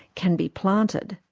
can be planted.